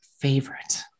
favorite